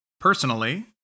Personally